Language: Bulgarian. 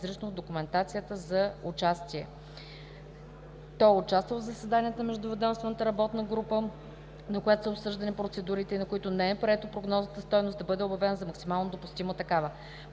изрично в документацията за участие. Той е участвал в заседанията на междуведомствената работна група, на която са били обсъждани процедурите и на които не е прието прогнозната стойност да бъде обявена за максимално допустима такава.